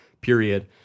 period